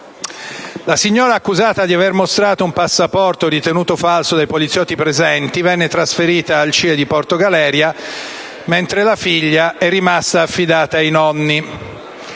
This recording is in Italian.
La signora, accusata di aver mostrato un passaporto ritenuto falso dai poliziotti presenti, venne trasferita al CIE di Porto Galeria, mentre la figlia venne affidata ai nonni.